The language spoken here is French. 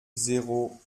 zéro